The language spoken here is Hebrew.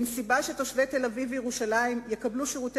אין סיבה שתושבי תל-אביב וירושלים יקבלו שירותי